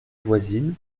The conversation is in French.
voisine